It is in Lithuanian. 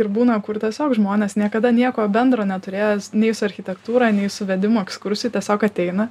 ir būna kur tiesiog žmonės niekada nieko bendro neturėję nei su architektūra nei su vedimu ekskursijų tiesiog ateina